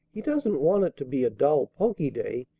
he doesn't want it to be a dull, poky day.